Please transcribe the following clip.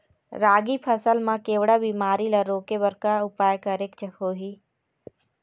रागी फसल मा केवड़ा बीमारी ला रोके बर का उपाय करेक होही?